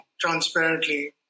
transparently